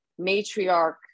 matriarch